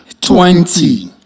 twenty